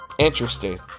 interesting